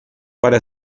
para